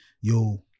yo